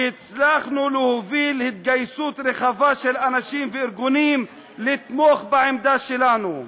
שהצלחנו להוביל התגייסות רחבה של אנשים וארגונים לתמוך בעמדה שלנו.